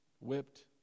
whipped